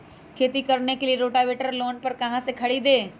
खेती करने के लिए रोटावेटर लोन पर कहाँ से खरीदे?